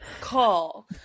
call